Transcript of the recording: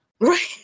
right